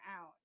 out